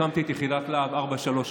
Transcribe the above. הקמתי את יחידת להב 433,